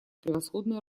превосходное